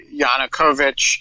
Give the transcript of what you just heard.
Yanukovych